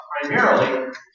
primarily